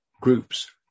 groups